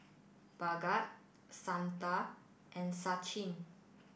Bhagat Santha and Sachin